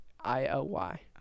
I-O-Y